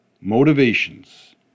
Motivations